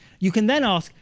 you can then ask,